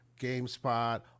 GameSpot